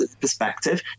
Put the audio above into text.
perspective